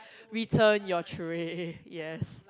return your tray yes